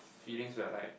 feeling where like